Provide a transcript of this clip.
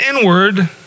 inward